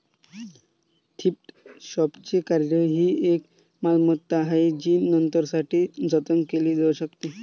thrift शॉपचे कार्य ही एक मालमत्ता आहे जी नंतरसाठी जतन केली जाऊ शकते